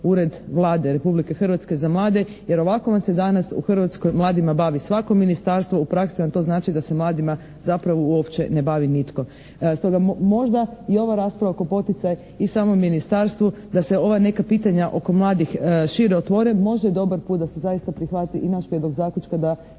ured Vlade Republike Hrvatske za mlade, jer ovako vam se danas u Hrvatskoj mladima bavi svako ministarstvo, u praksi vam to znači da se mladima zapravo uopće ne bavi nitko. Stoga možda i ova rasprava kao poticaj i samom ministarstvu da se ova neka pitanja oko mladih šire otvore, možda je dobar put da se zaista prihvati i naš prijedlog zaključka da